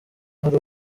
hari